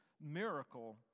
miracle